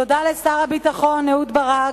תודה לשר הביטחון אהוד ברק,